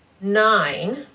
nine